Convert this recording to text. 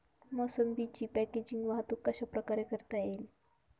मोसंबीची पॅकेजिंग वाहतूक कशाप्रकारे करता येईल?